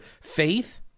faith